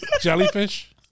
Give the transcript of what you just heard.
jellyfish